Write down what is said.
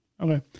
Okay